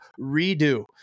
redo